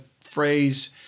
phrase